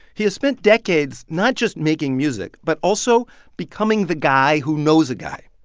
he has spent decades not just making music but also becoming the guy who knows a guy,